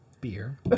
beer